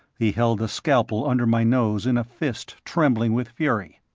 he held the scalpel under my nose in a fist trembling with fury.